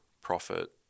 profit